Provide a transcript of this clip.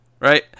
Right